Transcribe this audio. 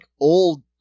old